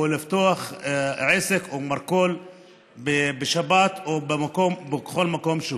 לפתוח עסק או מרכול בשבת בכל מקום שהוא.